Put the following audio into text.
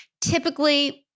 Typically